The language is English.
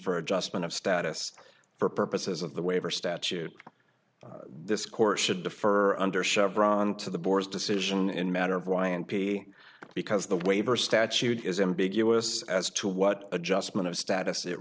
for adjustment of status for purposes of the waiver statute this court should defer under chevron to the board's decision in matter of y n p because the waiver statute is ambiguous as to what adjustment of status it